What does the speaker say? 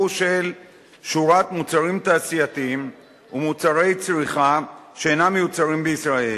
של שורת מוצרים תעשייתיים ומוצרי צריכה שאינם מיוצרים בישראל.